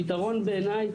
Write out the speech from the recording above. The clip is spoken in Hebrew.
הפתרון בעיני,